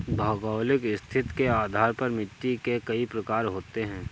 भौगोलिक स्थिति के आधार पर मिट्टी के कई प्रकार होते हैं